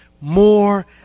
more